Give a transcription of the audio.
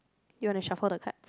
you want to shuffle the cards